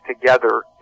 together